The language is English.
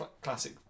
classic